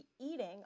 eating